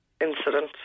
incident